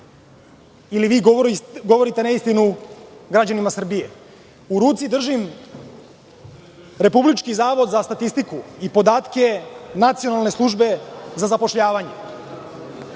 ili vi govorite neistinu građanima Srbije?U ruci držim Republički zavod za statistiku i podatke Nacionalne službe za zapošljavanje,